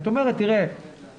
את אומרת תראה,